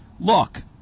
look